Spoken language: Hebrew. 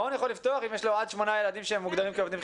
מעון יכול לפתוח אם יש לו עד שמונה ילדים של עובדים שמוגדרים כחיוניים?